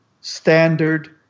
standard